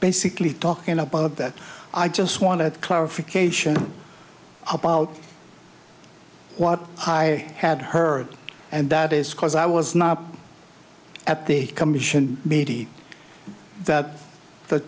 basically talking about that i just want to clarification about what i had heard and that is because i was not at the commission meeting that the